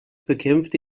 bekämpfte